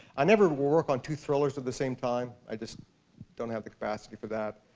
i never work on two thrillers at the same time. i just don't have the capacity for that.